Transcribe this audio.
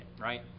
right